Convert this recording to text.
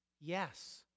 Yes